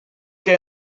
què